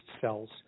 cells